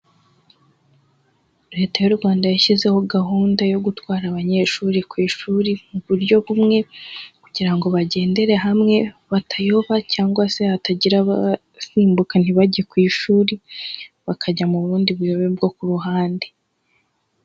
Leta y'u Rwanda yashyizeho gahunda yo gutwara abanyeshuri ku ishuri, mu buryo bumwe, kugira ngo bagendere hamwe, batayoba, cyangwa se hatagira abasimbuka ntibajye ku ishuri, bakajya mu bundi buyobe bwo ku ruhande.